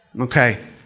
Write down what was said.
Okay